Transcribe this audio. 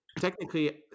Technically